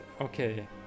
okay